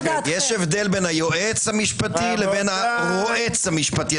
יש הבדל בין היועץ המשפטי לרועץ המשפטי.